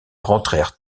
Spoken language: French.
rentrèrent